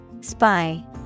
Spy